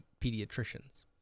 Pediatricians